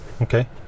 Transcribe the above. Okay